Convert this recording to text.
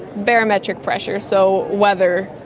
barometric pressure, so weather,